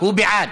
הוא בעד.